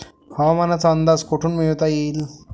हवामानाचा अंदाज कोठून मिळवता येईन?